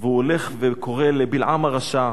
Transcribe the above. והוא הולך וקורא לבלעם הרשע.